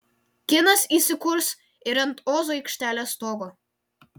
kinas įsikurs ir ant ozo aikštelės stogo